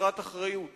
וחסרת אחריות